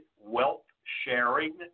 wealth-sharing